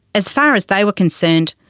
as far as they were concerned,